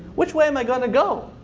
which way am i going to go?